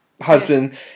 husband